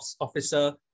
Officer